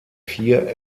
vier